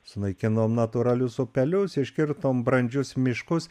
sunaikinom natūralius upelius iškirtom brandžius miškus